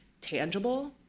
tangible